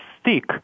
stick